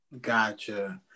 Gotcha